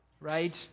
right